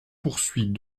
poursuit